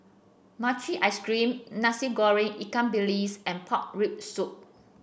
Mochi Ice Cream Nasi Goreng Ikan Bilis and Pork Rib Soup